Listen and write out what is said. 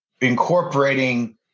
incorporating